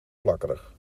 plakkerig